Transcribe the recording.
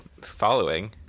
following